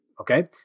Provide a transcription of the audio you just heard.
okay